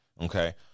Okay